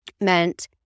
meant